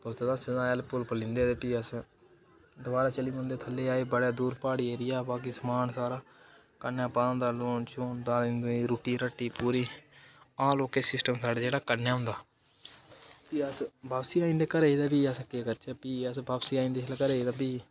दोस्तें दास्तें दा हैल्प हुल्प लैंदे फ्ही अस द्वारै चली पौंदे थल्ले बड़ी दूर प्हाड़ी एरिया बाकी समान सारा कन्नै पाए दा होंदा लून शून दालीं दूलीं रुट्टी रट्टी पूरी आम लोकें सिस्टम साढ़ा जेह्ड़ा कन्नै होंदा फ्ही अस बापसी आई जंदे घरै ई फ्ही अस केह् करचै फ्ही अस वापसी जिसलै आई जंदे